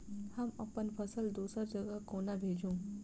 हम अप्पन फसल दोसर जगह कोना भेजू?